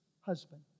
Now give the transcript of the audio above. husband